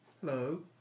Hello